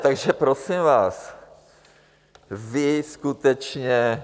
Takže prosím vás, vy skutečně...